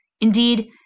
indeed